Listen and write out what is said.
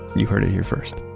you heard it here first